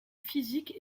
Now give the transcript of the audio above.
physique